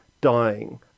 dying